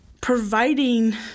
providing